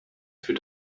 für